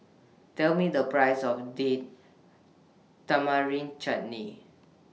Tell Me The Price of Date Tamarind Chutney